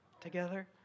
together